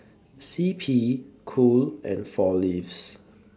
C P Cool and four Leaves